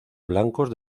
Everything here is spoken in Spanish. blancos